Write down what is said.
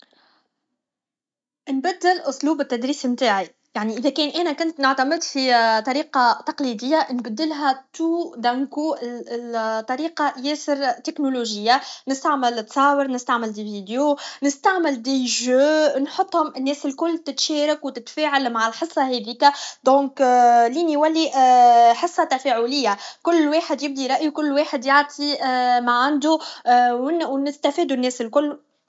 نبدل أسلوب التدريش نتاعي يعني اذاكان انا نعتمد في طريقة تقليديه نبدلها تو دان كو لطريقه ياسر تكنولوجيه نستعمل التصاور نتستعمل دي فيديونستعمل دي جو محطهم الناس اكل تشارك و تتفاعل مع الحصه هذيكا دونك لين يولي حصه تفاعليه كل واحد يبدي رايو كل واحد يعطي ماعندو و نستفادو الناس لكل